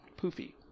Poofy